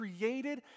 created